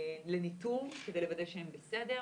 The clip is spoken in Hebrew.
לניתור כדי לוודא שהם בסדר.